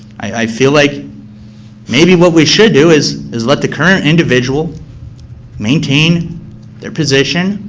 i feel like maybe what we should do is is let the current individual maintain their position,